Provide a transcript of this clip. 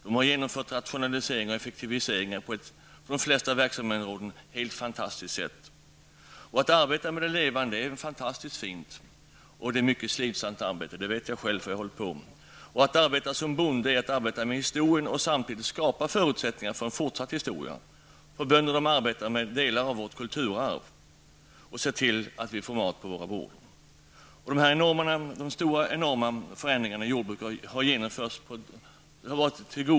De har genomfört rationaliseringar och effektiviseringar på de flesta verksamhetsområden på ett helt fantastiskt sätt. Att arbeta med det levande är ett fantastiskt fint men mycket slitsamt arbete. Det vet jag själv, eftersom jag arbetat med detta. Att arbeta som bonde är att arbeta med historien och samtidigt skapa förutsättningar för en fortsatt historia. Bönderna arbetar med delar av vårt kulturarv, och de ser till att de får mat på våra bord. De enorma förändringar som genomförts i jordbruket har varit på gott och ont.